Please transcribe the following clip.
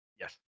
Yes